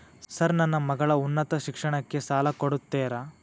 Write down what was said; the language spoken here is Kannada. ಸರ್ ನನ್ನ ಮಗಳ ಉನ್ನತ ಶಿಕ್ಷಣಕ್ಕೆ ಸಾಲ ಕೊಡುತ್ತೇರಾ?